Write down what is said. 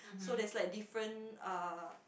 so there's like different uh